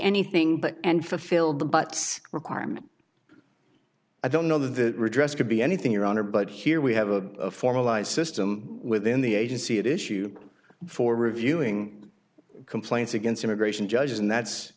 anything but and fulfilled the but requirement i don't know that redress could be anything your honor but here we have a formalized system within the agency at issue for reviewing complaints against immigration judges and that's